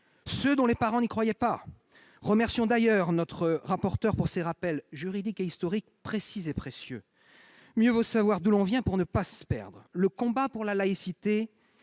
ceux dont les parents n'y croyaient pas. Remercions d'ailleurs notre rapporteur pour ses rappels juridiques et historiques, précis et précieux : mieux vaut savoir d'où l'on vient pour ne pas se perdre. Le combat pour la laïcité